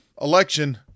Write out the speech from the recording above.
election